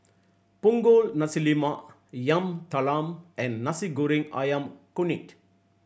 Punggol Nasi Lemak Yam Talam and Nasi Goreng Ayam Kunyit